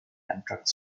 amtrak